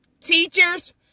teachers